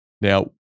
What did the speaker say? Now